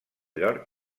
york